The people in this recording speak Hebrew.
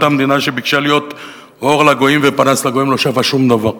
אותה מדינה שביקשה להיות אור לגויים ופנס לגויים לא שווה שום דבר.